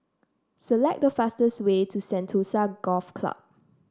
select the fastest way to Sentosa Golf Club